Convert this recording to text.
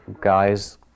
guys